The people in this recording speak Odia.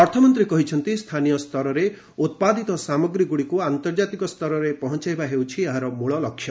ଅର୍ଥମନ୍ତ୍ରୀ କହିଛନ୍ତି ସ୍ଥାନୀୟ ସ୍ତରରେ ଉତ୍ପାଦିତ ସାମଗ୍ରୀଗୁଡ଼ିକୁ ଆନ୍ତର୍ଜାତିକ ସ୍ତରରେ ପହଞ୍ଚାଇବା ହେଉଛି ଏହାର ମୂଳ ଲକ୍ଷ୍ୟ